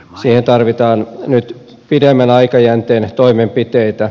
siihen tarvitaan nyt pidemmän aikajänteen toimenpiteitä